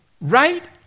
right